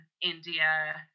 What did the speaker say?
India